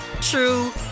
true